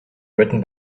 written